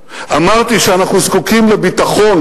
אמרתי שאנחנו זקוקים לביטחון,